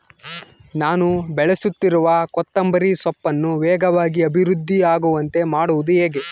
ನಾನು ಬೆಳೆಸುತ್ತಿರುವ ಕೊತ್ತಂಬರಿ ಸೊಪ್ಪನ್ನು ವೇಗವಾಗಿ ಅಭಿವೃದ್ಧಿ ಆಗುವಂತೆ ಮಾಡುವುದು ಹೇಗೆ?